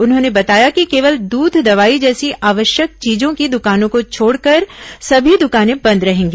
उन्होंने बताया कि केवल दूध दवाई जैसी आवश्यक चीजों की दुकानों की छोड़कर सभी दुकानें बंद रहेंगी